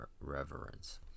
reverence